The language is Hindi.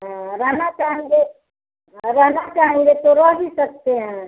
हाँ रहना चाहेंगे हाँ रहना चाहेंगे तो रह भी सकते हैं